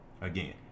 Again